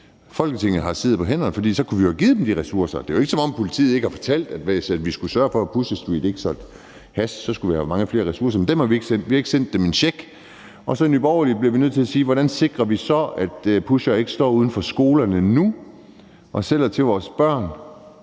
Folketinget har siddet på hænderne, for vi kunne jo have givet dem de ressourcer. Det er ikke, fordi politiet ikke har fortalt, at vi skulle sørge for, at Pusher Street ikke solgte hash, og at de skulle have haft mange flere ressourcer, men dem har vi ikke sendt; vi har ikke sendt dem en check. I Nye Borgerlige bliver vi nødt til at spørge, hvordan vi så sikrer, at pushere ikke står uden for skolerne nu og sælger til vores børn.